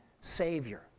Savior